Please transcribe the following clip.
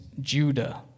Judah